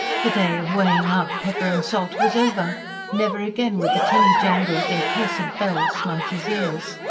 the day of weighing out pepper and salt was over never again would the tinny jangle of the accursed bell smite his ears.